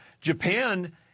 Japan